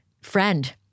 friend